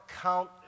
count